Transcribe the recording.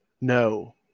no